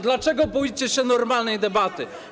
Dlaczego boicie się normalnej debaty?